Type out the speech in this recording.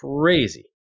crazy